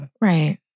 Right